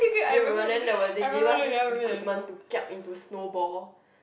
do you remember then they were they gave up this equipment to kiap into snow ball